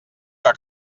que